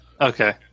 Okay